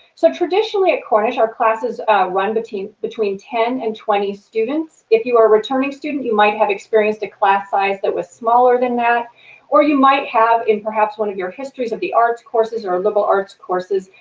so, traditionally at cornish our classes run between between ten and twenty students. if you are a returning student you might have experienced a class size that was smaller than that or you might have, in perhaps one of your histories of the arts courses or liberal arts courses,